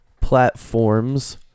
platforms